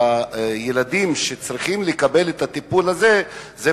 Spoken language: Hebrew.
ילדים שצריכים לקבל את הטיפול הזה הם